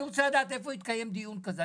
אני רוצה לדעת איפה התקיים דיון כזה.